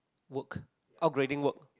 work upgrading work